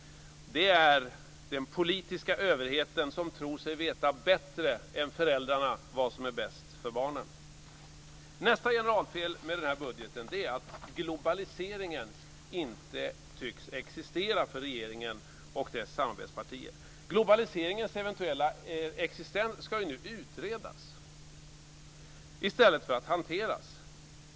Den politiska överheten tror sig veta bättre än föräldrarna vad som är bäst för barnen. Nästa generalfel med den här budgeten är att globaliseringen inte tycks existera för regeringen och dess samarbetspartier. Globaliseringens eventuella existens ska ju nu utredas - i stället för att hanteras.